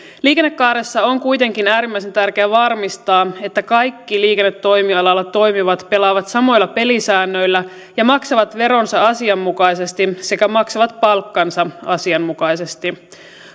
liikennekaaressa on kuitenkin äärimmäisen tärkeää varmistaa että kaikki liikennetoimialalla toimivat pelaavat samoilla pelisäännöillä ja maksavat veronsa asianmukaisesti sekä maksavat palkkansa asianmukaisesti